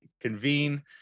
convene